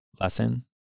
lesson